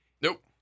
Nope